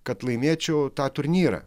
kad laimėčiau tą turnyrą